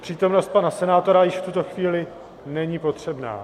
Přítomnost pana senátora již v tuto chvíli není potřebná.